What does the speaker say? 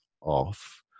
off